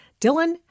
Dylan